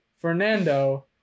Fernando